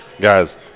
guys